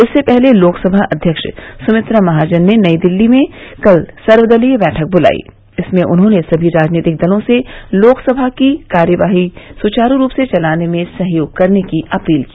इससे पहले लोकसभा अव्यक्ष सुमित्रा महाजन ने नई दिल्ली में कल सर्वदलीय बैठक बुलाई इसमें उन्होंने सभी राजनीतिक दलों से लोकसभा की कार्यवाही सुचारू रूप से चलाने में सहयोग करने की अपील की